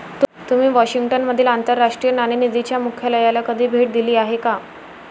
तुम्ही वॉशिंग्टन मधील आंतरराष्ट्रीय नाणेनिधीच्या मुख्यालयाला कधी भेट दिली आहे का?